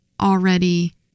already